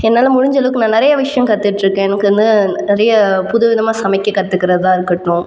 என்னால முடிஞ்ச அளவுக்கு நான் நிறைய விஷயம் கற்றுட்டு இருக்கேன் எனக்கு வந்து நிறையா புது விதமாக சமைக்க கற்றுகிறதா இருக்கட்டும்